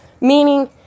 Meaning